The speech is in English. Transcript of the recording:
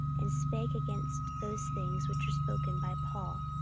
and spake against those things which were spoken by paul,